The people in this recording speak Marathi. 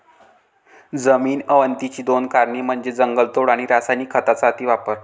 जमीन अवनतीची दोन कारणे म्हणजे जंगलतोड आणि रासायनिक खतांचा अतिवापर